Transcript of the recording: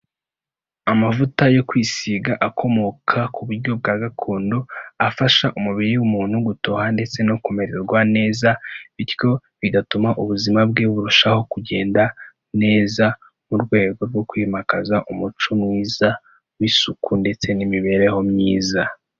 Amavuta yo kwisiga akomoka ku buryo bwa gakondo afasha umubiri w'umuntu gutoha ndetse no kumererwa neza, bityo bigatuma ubuzima bwe burushaho kugenda neza mu rwego rwo kwimakaza umuco mwiza w'isuku ndetse n'imibereho myiza.